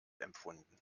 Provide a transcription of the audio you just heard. empfunden